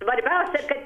ir svarbiausia kad